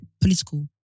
Political